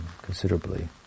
considerably